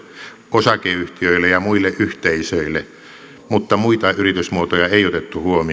osakeyhtiöille ja muille yhteisöille mutta muita yritysmuotoja ei otettu huomioon